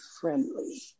friendly